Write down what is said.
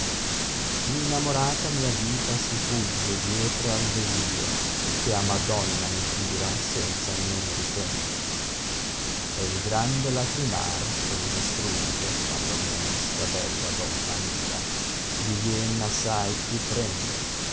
innamorata mia vita si fagge dietro al desio che a madonna mi tira senza niuo ritegno e il grande lacrimar che mi distrugge quando mia vista bella donna mira divien assai più pregno